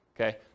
Okay